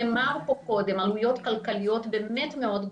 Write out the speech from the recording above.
נאמר פה קודם, עלויות כלכליות באמת מאוד גבוהות.